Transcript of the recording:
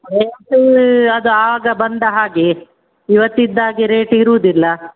rate ಅದು ಆಗ ಬಂದ ಹಾಗೆ ಇವತ್ತು ಇದ್ದ ಹಾಗೆ ರೇಟ್ ಇರೋದಿಲ್ಲ